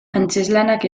antzezlanak